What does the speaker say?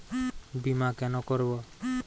বিমা কেন করব?